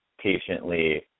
patiently